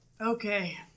Okay